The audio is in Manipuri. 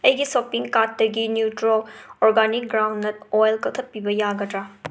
ꯑꯩꯒꯤ ꯁꯣꯄꯤꯡ ꯀꯥꯔꯠꯇꯒꯤ ꯅ꯭ꯌꯨꯇ꯭ꯔꯣ ꯑꯣꯔꯒꯅꯤꯛ ꯒ꯭ꯔꯥꯎꯟꯅꯠ ꯑꯣꯏꯜ ꯀꯛꯊꯠꯄꯤꯕ ꯌꯥꯒꯗ꯭ꯔ